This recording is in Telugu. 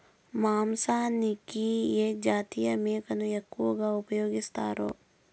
మాంసానికి ఏ జాతి మేకను ఎక్కువగా ఉపయోగిస్తారు?